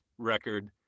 record